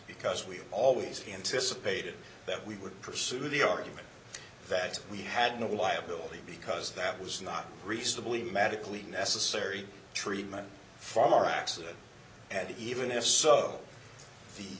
because we always anticipated that we would pursue the argument that we had no liability because that was not reasonably medically necessary treatment from our accident and even if so the